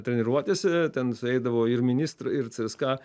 treniruotėse ten sueidavo ir ministrai ir cska